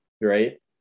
right